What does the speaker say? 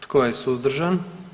Tko je suzdržan?